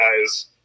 guys